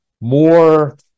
more